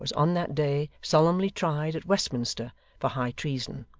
was on that day solemnly tried at westminster for high treason.